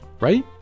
right